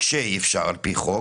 כשאי אפשר על פי חוק,